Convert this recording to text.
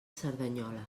cerdanyola